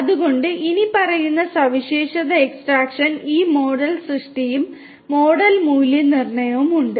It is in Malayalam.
അതിനാൽ ഇനിപ്പറയുന്ന സവിശേഷത എക്സ്ട്രാക്ഷൻ ഈ മോഡൽ സൃഷ്ടിയും മോഡൽ മൂല്യനിർണ്ണയവും ഉണ്ട്